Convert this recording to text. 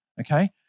Okay